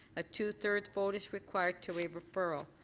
a two-thirds vote is required to waive referral.